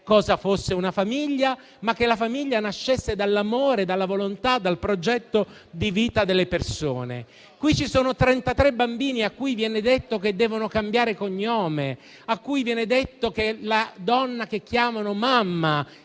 cosa fosse una famiglia, ma che essa nascesse dall'amore, dalla volontà e dal progetto di vita delle persone. Qui ci sono 33 bambini a cui viene detto che devono cambiare cognome, a cui viene detto che la donna che chiamano mamma,